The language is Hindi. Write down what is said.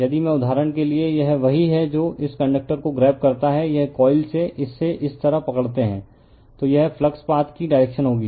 यदि मैं उदहारण के लिए यह वही है जो इस कंडक्टर को ग्रेब करता है यह कोइल से इसे इस तरह पकड़ते है तो यह फ्लक्स पाथ की डायरेक्शन होगी